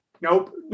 Nope